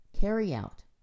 Carry-out